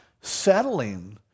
settling